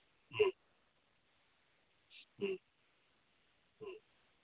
ꯎꯝ ꯎꯝ ꯎꯝ